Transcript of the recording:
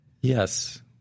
Yes